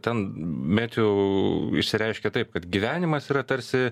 ten metju išsireiškė taip kad gyvenimas yra tarsi